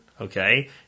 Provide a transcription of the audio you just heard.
okay